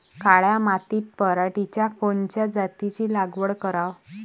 काळ्या मातीत पराटीच्या कोनच्या जातीची लागवड कराव?